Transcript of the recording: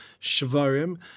shvarim